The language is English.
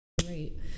great